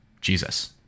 Jesus